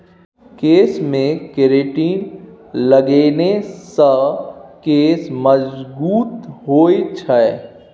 केशमे केरेटिन लगेने सँ केश मजगूत होए छै